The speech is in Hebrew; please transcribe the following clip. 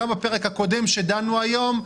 גם בפרק הקודם בו דנו היום,